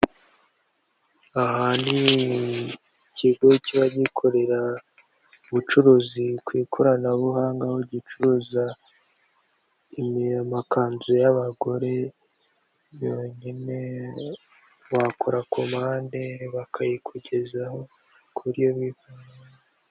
Aha ni ikigo kiba gikorera ubucuruzi ku ikoranabuhanga, aho gicuruza amakanzu y'abagore yonyine, wakora komande bakayikugezaho kuri.